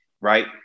right